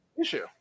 issue